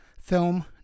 film